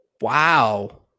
Wow